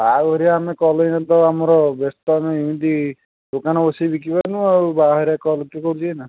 ବାହାଘରିଆ ଆମେ କଲ୍ ନେଇଗଲେ ତ ଆମର ବ୍ୟସ୍ତ ଆମେ ଏମିତି ଦୋକାନରେ ବସିକି ବିକି ପାରୁନୁ ଆଉ ବାହାଘରିଆ କଲ୍ କିଏ କରୁଛି ଏଇନା